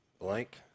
blank